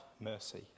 mercy